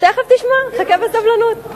תיכף תשמע, תחכה בסבלנות.